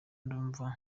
ndumva